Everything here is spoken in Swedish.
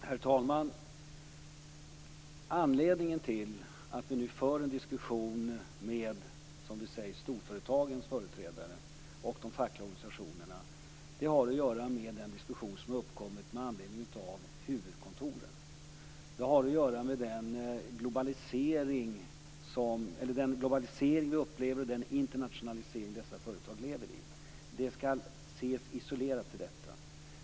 Herr talman! Anledningen till att vi nu för en diskussion med, som det sägs, storföretagens företrädare och de fackliga organisationerna har att göra med den diskussion som har uppkommit med anledning av huvudkontoren. Det har att göra med den globalisering vi upplever och den internationalisering dessa företag lever i. Det skall ses isolerat till detta.